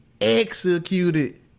Executed